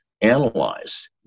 analyzed